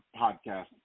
podcast